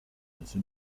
into